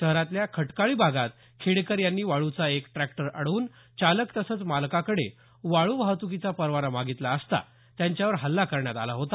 शहरातल्या खटकाळी भागात खेडेकर यांनी वाळ्चा एक ट्रॅक्टर अडवून चालक तसंच मालकाकडे वाळू वाहतुकीचा परवाना मागितला असता त्यांच्यावर हल्ला करण्यात आला होता